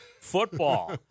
football